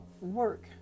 work